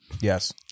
yes